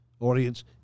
audience